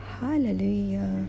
Hallelujah